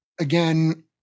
again